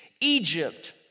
Egypt